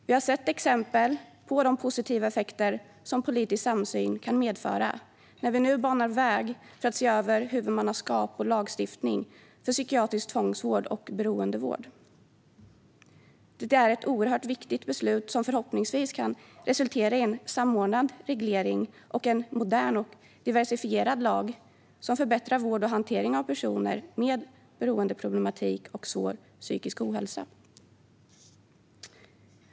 Vi har sett exempel på de positiva effekter som politisk samsyn kan medföra när vi nu banar väg för att se över huvudmannaskap och lagstiftning för psykiatrisk tvångsvård och beroendevård. Det är ett oerhört viktigt beslut, som förhoppningsvis kan resultera i en samordnad reglering och en modern och diversifierad lag som förbättrar vård och hantering av personer med beroendeproblematik och svår psykisk ohälsa.